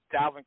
Dalvin